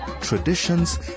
traditions